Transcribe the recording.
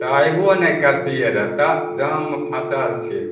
तऽ अभियो ने करतिये रह तऽ जाममे फसल छियै